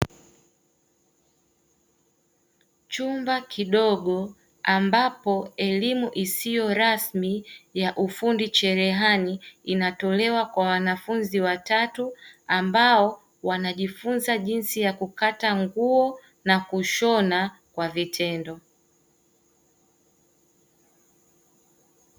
Chumba kidogo ambapo elimu isiyo rasmi ya ufundi sherehani inatolewa kwa wanafunzi watatu ambao wanajifunza jinsi ya kukata nguo na kushona kwa vitendo.